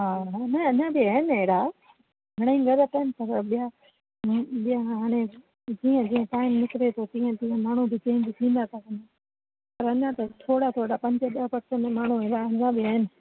हा न अञा बि आहिनि अहिड़ा घणेई घर आहिनि पर ॿिया जीअं हाणे जीअं जीअं टाइम निकिरे थो तीअं तीअं माण्हू बि चेंज थींदा था वञनि पर अञा त थोरा थोरा पंज ॾह पर्सेंट माण्हू अहिड़ा रहंदा बि आहिनि